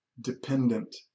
dependent